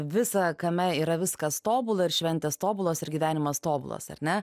visa kame yra viskas tobula ir šventės tobulos ir gyvenimas tobulas ar ne